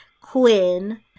Quinn